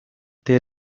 there